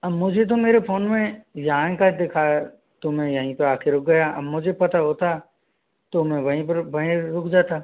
अब मुझे तो मेरे फोन में यहाँ ही का दिखाया तो में यहीं पे आ के रुक गया अब मुझे पता होता तो मैं वहीं पर वहीं रुक जाता